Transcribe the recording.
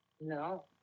No